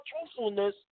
truthfulness